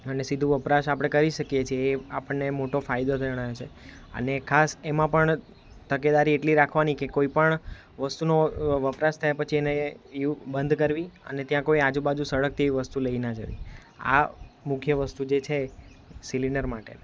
અને સીધું વપરાશ આપણે કરી શકીએ છીએ આપણને એ મોટો ફાયદો ગણાય છે અને ખાસ એમાં પણ તકેદારી એટલી રાખવાની કે કોઈ પણ વસ્તુનો વપરાશ થયા પછી એને એવું બંધ કરવી અને ત્યાં કોઈ આજુ બાજુ કોઈ સળગતી વસ્તુ લઈ ના જવી આ મુખ્ય વસ્તુ જે છે સિલિન્ડર માટે